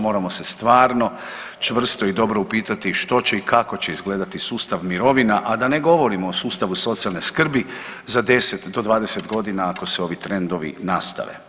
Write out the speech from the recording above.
Moramo se stvarno i čvrsto upitati što će i kako će izgledati sustav mirovina, a da ne govorimo o sustavu socijalne skrbi za 10 do 20 godina ako se ovi trendovi nastaje.